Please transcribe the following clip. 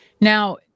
now